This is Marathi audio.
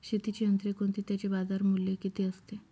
शेतीची यंत्रे कोणती? त्याचे बाजारमूल्य किती असते?